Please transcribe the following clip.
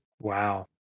Wow